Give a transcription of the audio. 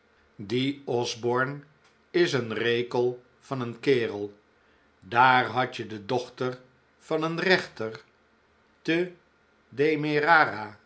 die osborne is een rekel van een kerel daar had je de dochter van een rechter te